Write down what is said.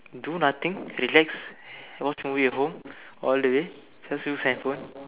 do nothing relax watch movie at home all the way just use hand phone